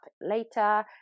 later